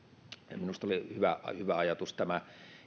minusta oli hyvä hyvä ajatus myöskin tämä